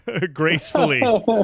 gracefully